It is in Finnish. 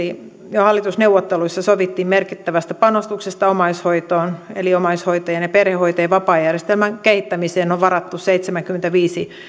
jo hallitusneuvotteluissa sovittiin merkittävästä panostuksesta omaishoitoon eli omaishoitajien ja perhehoitajien vapaajärjestelmän kehittämiseen on varattu seitsemänkymmentäviisi